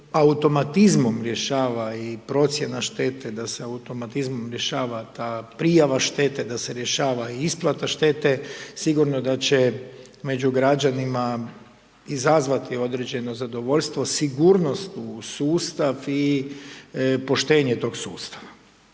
automatizmom rješava i procjena štete, da se automatizmom rješava ta prijava štete, da se rješava i isplata štete, sigurno da će među građanima izazvati određeno zadovoljstvo, sigurnost u sustav i poštenje tog sustava.